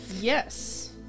yes